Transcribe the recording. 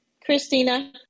Christina